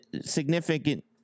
significant